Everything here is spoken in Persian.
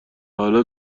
حالا